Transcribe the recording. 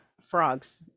frogs